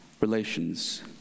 relations